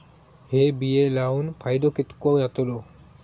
हे बिये लाऊन फायदो कितको जातलो?